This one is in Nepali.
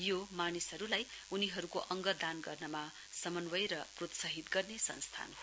यो मानिसहरुलाई उनीहरुको अङ्ग दान गर्नमा समन्वय र प्रोत्साहित गर्ने संस्थान हो